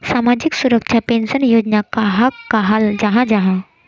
सामाजिक सुरक्षा पेंशन योजना कहाक कहाल जाहा जाहा?